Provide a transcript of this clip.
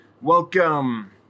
Welcome